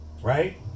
Right